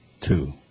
Two